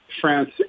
France